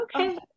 okay